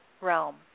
realm